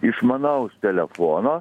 išmanaus telefono